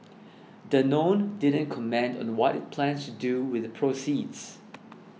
danone didn't comment on what it plans to do with the proceeds